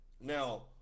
Now